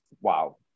Wow